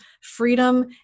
freedom